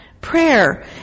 prayer